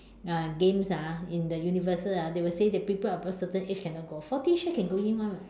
uh games ah in the universal ah they will say that people above certain age cannot go forty sure can go in [one] [what]